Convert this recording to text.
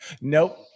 Nope